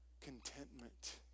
contentment